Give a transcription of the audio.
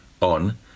on